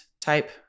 type